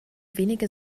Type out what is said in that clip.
wenige